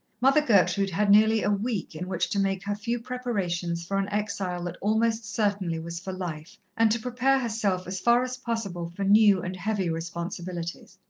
mother gertrude had nearly a week in which to make her few preparations for an exile that almost certainly was for life, and to prepare herself as far as possible for new and heavy responsibilities.